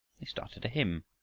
they started a hymn.